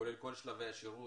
כולל כל שלבי השירות,